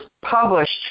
published